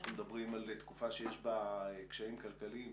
אנחנו מדברים על תקופה שיש בה קשיים כלכליים,